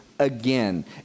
again